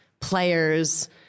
players